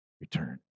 return